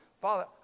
Father